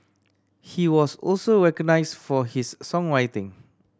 he was also recognised for his songwriting